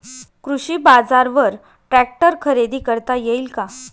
कृषी बाजारवर ट्रॅक्टर खरेदी करता येईल का?